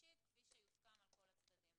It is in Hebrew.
ושלישית כפי שיוסכם על כל הצדדים.